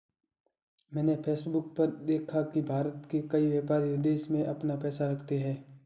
मैंने फेसबुक पर देखा की भारत के कई व्यापारी विदेश में अपना पैसा रखते हैं